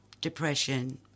depression